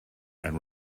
and